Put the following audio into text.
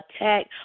attack